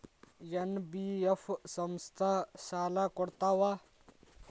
NBF ಸಂಸ್ಥಾ ಸಾಲಾ ಕೊಡ್ತಾವಾ?